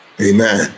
Amen